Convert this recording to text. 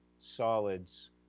solids